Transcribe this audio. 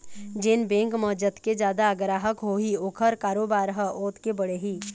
जेन बेंक म जतके जादा गराहक होही ओखर कारोबार ह ओतके बढ़ही